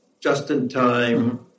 just-in-time